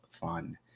fun